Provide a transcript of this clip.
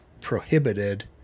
prohibited